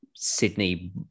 Sydney